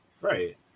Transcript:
right